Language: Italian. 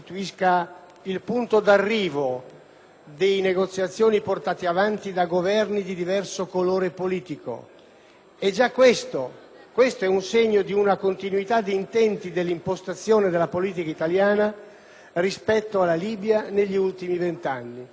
e già questo è un segno di una continuità di intenti dell'impostazione della politica italiana rispetto alla Libia negli ultimi venti anni. Il fatto che più Governi si siano succeduti, di colore politico diverso, ma abbiano tutti sottolineato la necessità